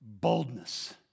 boldness